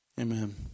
Amen